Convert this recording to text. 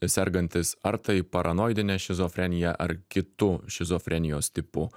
sergantis ar tai paranoidine šizofrenija ar kitu šizofrenijos tipu